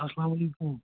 اَسلام وَعلیکُم